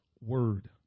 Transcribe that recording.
word